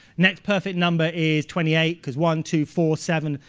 next perfect number is twenty eight because one, two, four, seven,